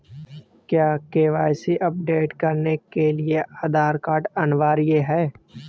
क्या KYC update करने के लिए आधार कार्ड अनिवार्य है?